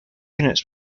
units